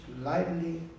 lightly